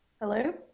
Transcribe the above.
hello